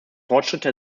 fortschritte